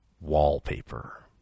Wallpaper